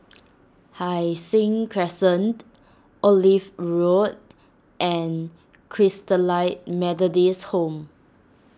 Hai Sing Crescent Olive Road and Christalite Methodist Home